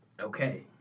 Okay